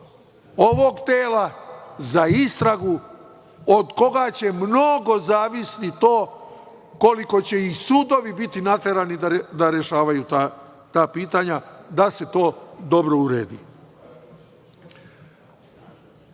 ovog tela za istragu, od koga će mnogo zavisiti to koliko će i sudovi biti naterani da rešavaju ta pitanja da se to dobro uredi.U